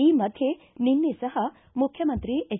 ಈ ಮಧ್ಯೆ ನಿನ್ನೆ ಸಹ ಮುಖ್ಯಮಂತ್ರಿ ಎಚ್